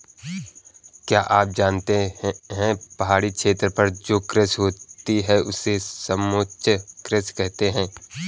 क्या आप जानते है पहाड़ी क्षेत्रों पर जो कृषि होती है उसे समोच्च कृषि कहते है?